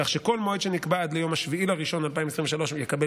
כך שכל מועד שנקבע עד ליום 7 בינואר 2023 יקבל